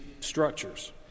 structures